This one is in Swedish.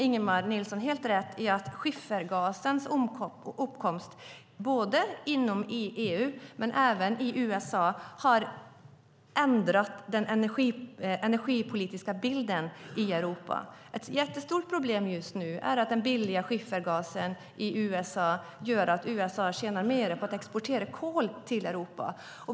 Ingemar Nilsson har helt rätt i att skiffergasens uppkomst, både inom EU och i USA, har ändrat den energipolitiska bilden i Europa. Ett jättestort problem just nu är att den billiga skiffergasen i USA gör att USA tjänar mer på att exportera kol till Europa.